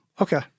Okay